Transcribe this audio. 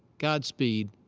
godspeed,